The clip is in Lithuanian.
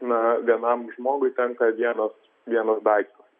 na vienam žmogui tenka vienas vienas daiktas